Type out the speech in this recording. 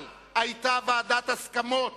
אבל היתה ועדת הסכמות